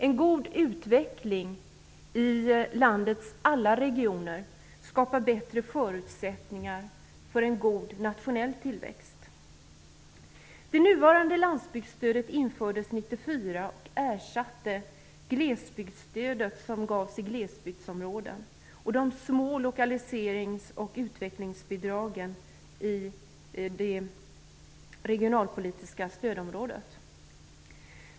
En god utveckling i landets alla regioner skapar bättre förutsättningar för en god nationell tillväxt. och ersatte glesbygdsstödet i glesbygdsområdena och de små lokaliserings och utvecklingsbidragen i de regionalpolitiska stödområdena.